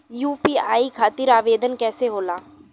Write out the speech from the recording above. UPI खातिर आवेदन कैसे होला?